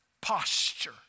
posture